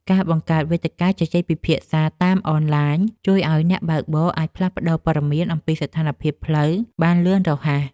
ការបង្កើតវេទិកាជជែកពិភាក្សាតាមអនឡាញជួយឱ្យអ្នកបើកបរអាចផ្លាស់ប្តូរព័ត៌មានអំពីស្ថានភាពផ្លូវបានលឿនរហ័ស។